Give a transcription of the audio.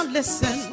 listen